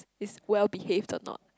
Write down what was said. is well behaved or not